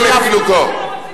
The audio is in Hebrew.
לאיחודו של עם ישראל, ולא לפילוגו.